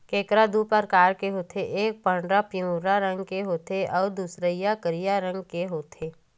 केंकरा दू परकार होथे एक पंडरा पिंवरा रंग के अउ दूसरइया करिया रंग के रहिथे